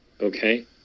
okay